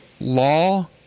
Law